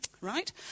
right